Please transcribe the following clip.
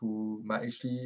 who might actually